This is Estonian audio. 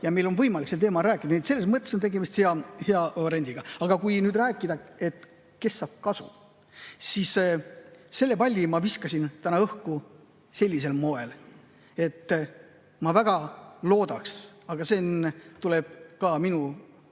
ja meil on võimalik sel teemal rääkida. Selles mõttes on tegemist hea variandiga. Aga kui nüüd rääkida, kes saab kasu, siis selle palli ma viskasin täna õhku sellisel moel, et ma väga loodan seda – aga see tuleneb ka minu